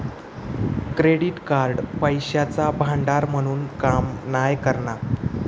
credit card पैशाचा भांडार म्हणून काम नाय करणा